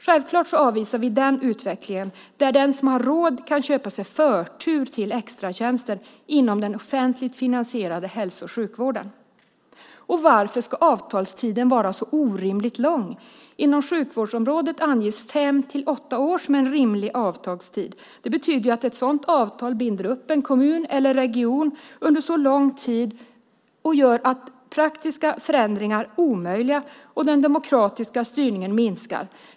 Självklart avvisar vi en utveckling där den som har råd kan köpa sig förtur till extratjänster inom den offentligt finansierade hälso och sjukvården. Och varför ska avtalstiden vara så orimligt lång? Inom sjukvårdsområdet anges fem-åtta år som rimlig avtalstid. Det betyder att ett sådant avtal binder upp en kommun eller en region under en så lång tid. Det gör att praktiska förändringar blir omöjliga och att den demokratiska styrningen minskar.